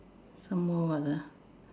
some more what ah